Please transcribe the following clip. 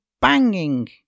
banging